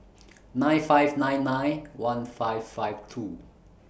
nine five nine nine one five five two